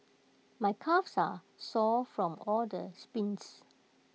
my calves are sore from all the sprints